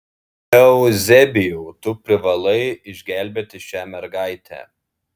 euzebijau tu privalai išgelbėti šią mergaitę